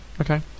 Okay